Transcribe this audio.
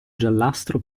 giallastro